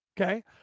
Okay